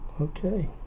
Okay